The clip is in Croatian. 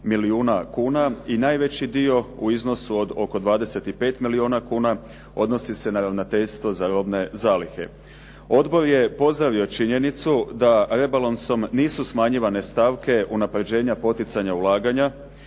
i najveći dio u iznosu od oko 25 milijuna kuna odnosi se na Ravnateljstvo za robne zalihe. Odbor je pozdravio činjenicu da rebalansom nisu smanjivanje stavke unapređenja poticanja ulaganja,